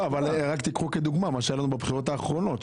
רק תיקחו לדוגמה מה שהיה לנו בבחירות האחרונות,